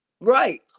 right